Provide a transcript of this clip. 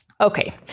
Okay